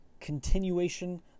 continuation